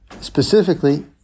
specifically